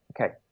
Okay